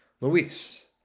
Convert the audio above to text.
Luis